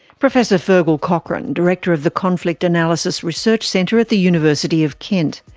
professor feargal cochrane, director of the conflict analysis research centre at the university of kent.